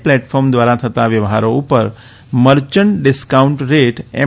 platform દ્વારા થતા વ્યવહારો ઉપર મર્ચન્ટ ડિસ્કાઉન્ટ રેટ એમ